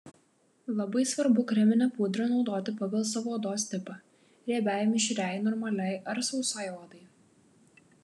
labai svarbu kreminę pudrą naudoti pagal savo odos tipą riebiai mišriai normaliai ar sausai odai